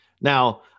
Now